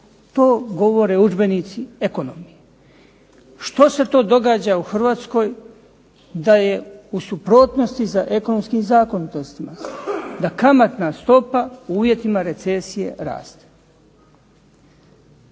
To govore udžbenici ekonomi. Što se to događa u Hrvatskoj da je u suprotnosti sa ekonomskim zakonitostima da kamatna stopa u uvjetima recesije raste?